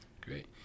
Great